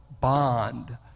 bond